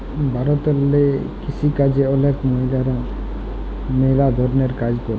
ভারতেল্লে কিসিকাজে অলেক মহিলারা ম্যালা ধরলের কাজ ক্যরে